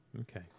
Okay